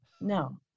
No